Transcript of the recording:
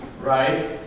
right